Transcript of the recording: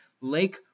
Lake